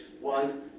one